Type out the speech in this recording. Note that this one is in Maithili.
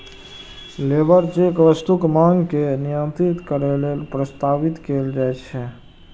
लेबर चेक वस्तुक मांग के नियंत्रित करै लेल प्रस्तावित कैल जाइ छै